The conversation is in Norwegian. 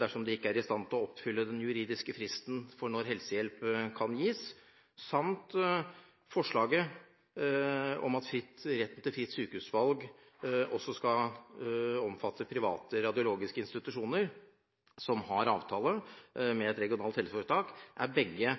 dersom den ikke er i stand til å oppfylle den juridiske fristen for når helsehjelp senest skal gis, samt forslaget om at retten til fritt sykehusvalg også skal omfatte private radiologiske institusjoner som har avtale med et regionalt helseforetak, er begge